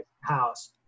house